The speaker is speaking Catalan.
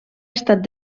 estat